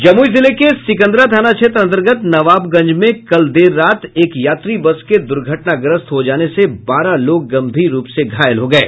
जमुई जिले के सिकंदरा थाना क्षेत्र अन्तर्गत नवाबगंज में कल देर रात एक यात्री बस के दुर्घटनाग्रस्त हो जाने से बारह लोग गम्भीर रूप से घायल हो गये